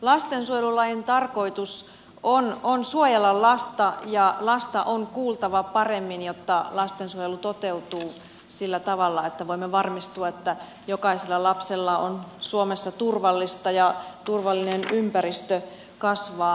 lastensuojelulain tarkoitus on suojella lasta ja lasta on kuultava paremmin jotta lastensuojelu toteutuu sillä tavalla että voimme varmistua että jokaisella lapsella on suomessa turvallista ja turvallinen ympäristö kasvaa